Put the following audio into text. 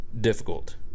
difficult